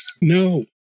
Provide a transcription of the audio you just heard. no